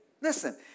Listen